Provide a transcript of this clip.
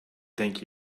thank